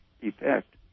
effect